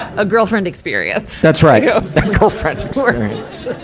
a girlfriend experience. that's right. yeah a girlfriend sort of